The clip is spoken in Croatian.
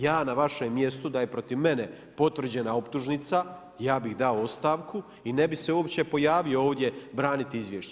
Ja na vašem mjestu, da je protiv mene potvrđena optužnica ja bih dao ostavku i ne bih se uopće pojavio ovdje braniti izvješće.